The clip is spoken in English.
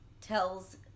tells